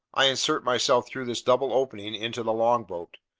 i insert myself through this double opening into the longboat.